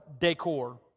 decor